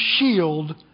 shield